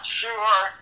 sure